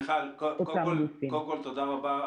מיכל, קודם כול, תודה רבה.